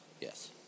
Yes